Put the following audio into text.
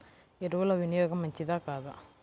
ఎరువుల వినియోగం మంచిదా కాదా?